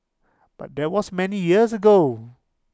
but that was many years ago